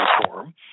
reform